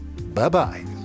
Bye-bye